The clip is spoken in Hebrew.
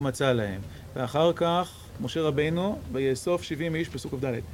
מצא להם ואחר כך, משה רבינו ויאסוף 70 איש, פסוק ד'